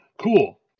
Cool